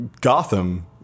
Gotham